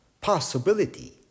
possibility